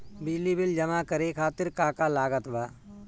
बिजली बिल जमा करे खातिर का का लागत बा?